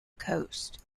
coast